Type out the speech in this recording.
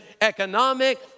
economic